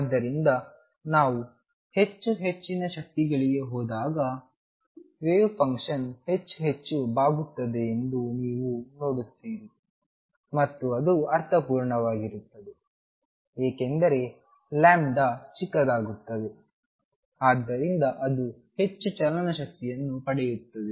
ಆದ್ದರಿಂದ ನಾವು ಹೆಚ್ಚು ಹೆಚ್ಚಿನ ಶಕ್ತಿಗಳಿಗೆ ಹೋಗುವಾಗ ವೇವ್ ಫಂಕ್ಷನ್ ಹೆಚ್ಚು ಹೆಚ್ಚು ಬಾಗುತ್ತದೆ ಎಂದು ನೀವು ನೋಡುತ್ತೀರಿ ಮತ್ತು ಅದು ಅರ್ಥಪೂರ್ಣವಾಗಿರುತ್ತದೆ ಏಕೆಂದರೆ λ ಚಿಕ್ಕದಾಗುತ್ತದೆ ಆದ್ದರಿಂದ ಅದು ಹೆಚ್ಚು ಚಲನ ಶಕ್ತಿಯನ್ನು ಪಡೆಯುತ್ತದೆ